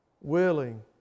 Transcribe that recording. willing